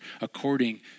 according